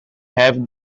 have